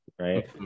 right